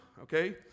Okay